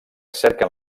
cerquen